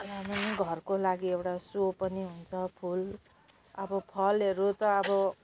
घरको लागि एउटा सो पनि हुन्छ फुल अब फलहरू त अब